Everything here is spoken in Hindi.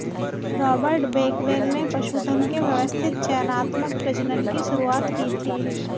रॉबर्ट बेकवेल ने पशुधन के व्यवस्थित चयनात्मक प्रजनन की शुरुआत की थी